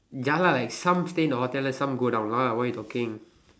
ya lah like some stay in the hotel then some go down lah what you talking